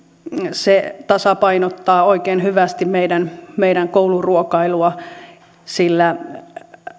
se tasapainottaa oikein hyvästi meidän meidän kouluruokailuamme sillä